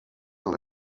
dans